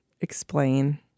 Explain